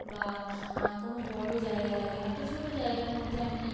বা কোনো বড়ো জায়গা লাগে না একটা ছোটো জায়গার মধ্যে আমি